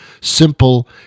Simple